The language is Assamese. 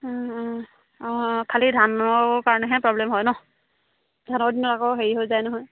অঁ খালি ধানৰ কাৰণেহে প্ৰব্লেম হয় নহ্ ধানৰ দিনত আকৌ হেৰি হৈ যায় নহয়